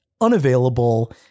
unavailable